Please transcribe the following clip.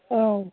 औ